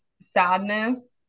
sadness